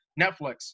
Netflix